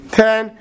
ten